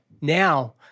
now